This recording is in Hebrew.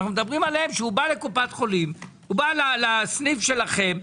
הוא בא לסניף שלכם,